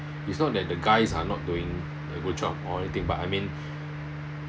it's not that the guys are not doing a good job or anything but I mean